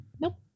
Nope